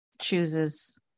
chooses